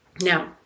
Now